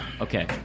Okay